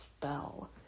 spell